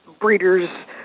breeders